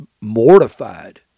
mortified